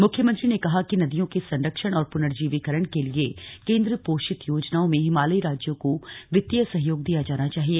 मुख्यमंत्री ने कहा कि नदियों के संरक्षण और पुनर्जीवीकरण के लिए केन्द्र पोषित योजनाओं में हिमालयी राज्यों को वित्तीय सहयोग दिया जाना चाहिए